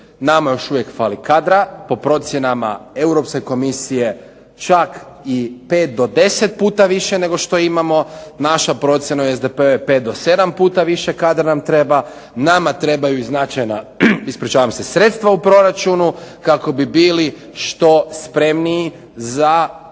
Nama još uvijek fali kadra, po procjenama Europske komisije čak i 5 do 10 puta više nego što imamo. Naša procjena u SDP-u je 5 do 7 puta više kadra nam treba. Nama trebaju i značajna sredstva u proračunu kako bi bili što spremniji za